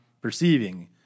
perceiving